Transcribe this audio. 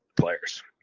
players